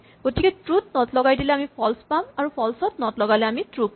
গতিকে ট্ৰো ত নট লগালে আমি ফল্চ পাম আৰু ফল্চ ত নট লগালে আমি ট্ৰো পাম